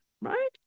Right